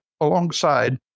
alongside